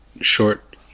short